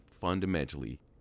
fundamentally